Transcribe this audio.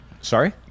Sorry